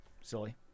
silly